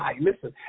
Listen